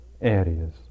areas